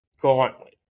gauntlet